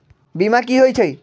बीमा कि होई छई?